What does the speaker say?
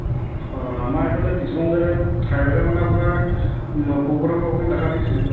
হয় আমাৰ এইফালে কিছুমান জেগাত ঠাইভেদে মানে আপোনাৰ পোক পতংগই অকমান দেখা দিছিলে